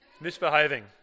Misbehaving